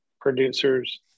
producers